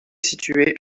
situé